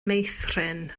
meithrin